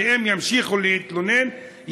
שאם הם ימשיכו להתלונן,